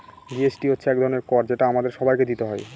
GST হচ্ছে এক ধরনের কর যেটা আমাদের সবাইকে দিতে হয়